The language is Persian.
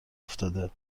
افتاده